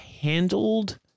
handled